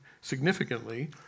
significantly